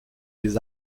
les